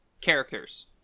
characters